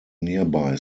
nearby